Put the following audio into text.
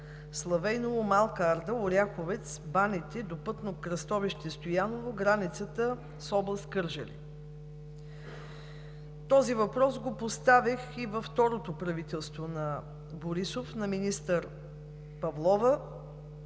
Славейново – Малка Арда – Оряховец – Баните до пътно кръстовище Стояново, границата с област Кърджали. Този въпрос го поставих и във второто правителство на Борисов – на министър Павлова,